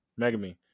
Megami